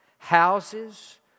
houses